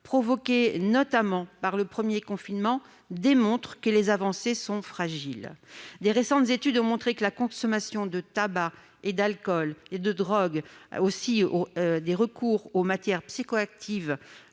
provoqués notamment par le premier confinement, démontrent que les avancées sont fragiles. De récentes études ont montré que la consommation de tabac, d'alcool et de drogues, ainsi que le recours à des substances psychoactives